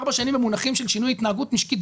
ארבע שנים במונחים שלן שינוי התנהגות משקית,